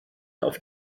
auf